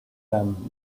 them